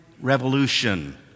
revolution